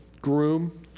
groom